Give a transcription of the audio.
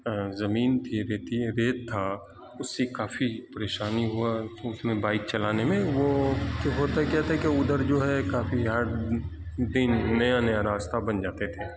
زمین تھی ریت تھا اس سے کافی پریشانی ہوا اس میں بائک چلانے میں وہ ہوتا کیا تھا کہ ادھر جو ہے کافی ہارڈ بن نیا نیا راستے بن جاتے تھے